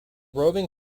roving